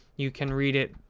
you can read it,